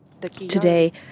Today